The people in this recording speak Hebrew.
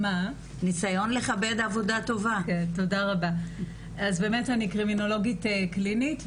אני קרימינולוגית קלינית,